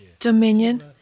dominion